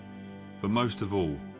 but most of all,